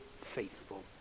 faithful